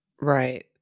Right